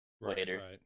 later